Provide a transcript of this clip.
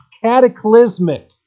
cataclysmic